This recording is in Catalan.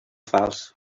falç